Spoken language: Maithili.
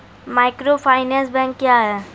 माइक्रोफाइनेंस बैंक क्या हैं?